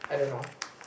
I don't know